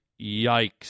yikes